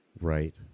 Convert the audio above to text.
Right